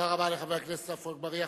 תודה רבה לחבר הכנסת עפו אגבאריה.